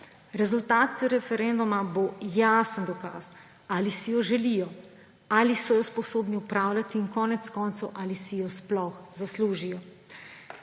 Rezultat referenduma bo jasen dokaz, ali si jo želijo, ali so jo sposobni upravljati in konec koncev ali si jo sploh zaslužijo.